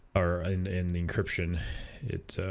or in in the encryption it